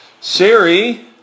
Siri